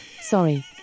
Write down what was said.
Sorry